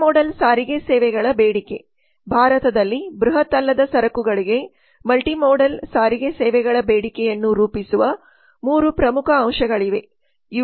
multimodal ಸಾರಿಗೆ ಸೇವೆಗಳ ಬೇಡಿಕೆ ಭಾರತದಲ್ಲಿ ಬೃಹತ್ ಅಲ್ಲದ ಸರಕುಗಳಿಗೆ ಮಲ್ಟಿಮೋಡಲ್ ಸಾರಿಗೆ ಸೇವೆಗಳ ಬೇಡಿಕೆಯನ್ನು ರೂಪಿಸುವ ಮೂರು ಪ್ರಮುಖ ಅಂಶಗಳಿವೆ